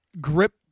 grip